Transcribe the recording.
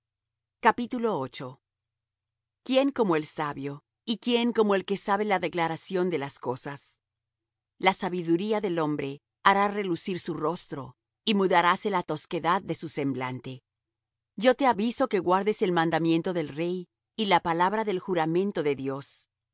muchas cuentas quién como el sabio y quién como el que sabe la declaración de las cosas la sabiduría del hombre hará relucir su rostro y mudaráse la tosquedad de su semblante yo te aviso que guardes el mandamiento del rey y la palabra del juramento de dios